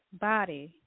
body